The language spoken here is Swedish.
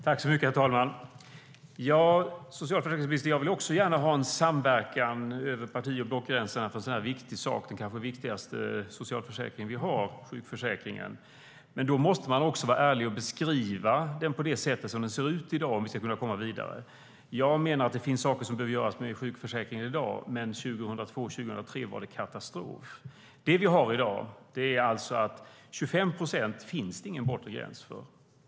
Herr talman! Ja, socialförsäkringsministern, jag vill också gärna ha samverkan över parti och blockgränserna för en sådan här viktig sak. Sjukförsäkringen är kanske den viktigaste socialförsäkring vi har. Men man måste vara ärlig och beskriva den så som den ser ut i dag om vi ska kunna komma vidare. Jag menar att det finns saker som behöver göras med sjukförsäkringen i dag, men 2002 och 2003 var det katastrof.I dag finns det för 25 procent ingen bortre gräns.